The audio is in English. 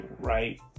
right